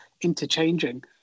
interchanging